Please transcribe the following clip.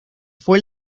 fue